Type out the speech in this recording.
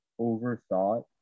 overthought